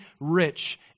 rich